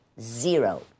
zero